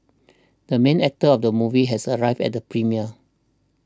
the main actor of the movie has arrived at the premiere